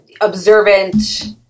observant